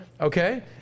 Okay